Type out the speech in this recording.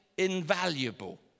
invaluable